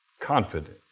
Confident